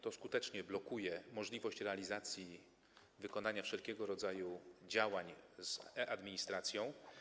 To skutecznie blokuje możliwość realizacji wykonania wszelkiego rodzaju działań z e-administracją.